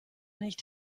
nicht